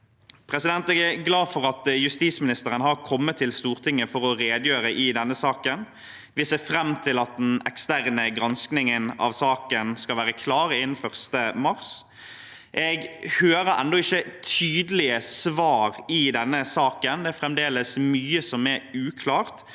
Jeg er glad for at justisministeren har kommet til Stortinget for å redegjøre om denne saken. Vi ser fram til at den eksterne granskingen av saken skal være klar innen 1. mars. Jeg hører ennå ikke tydelige svar i saken. Det er fremdeles mye som er uklart.